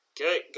Okay